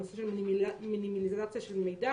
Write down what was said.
הנושא של מינימליזציה של מידע,